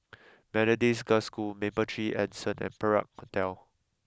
Methodist Girls' School Mapletree Anson and Perak Hotel